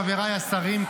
חבריי השרים,